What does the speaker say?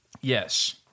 Yes